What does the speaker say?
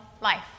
life